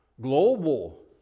Global